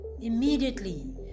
immediately